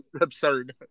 Absurd